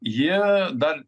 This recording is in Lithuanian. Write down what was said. jie dar